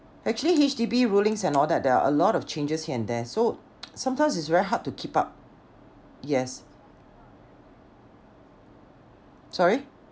actually H_D_B rulings and all that there are a lot of changes here and there so sometimes it's very hard to keep up yes sorry